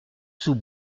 sous